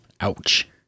Ouch